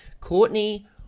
Courtney